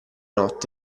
notte